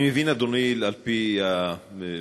אני מבין, אדוני, על-פי הפניות